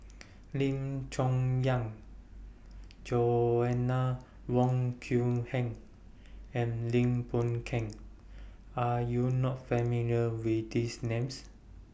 Lim Chong Young Joanna Wong Heng and Lim Boon Keng Are YOU not familiar with These Names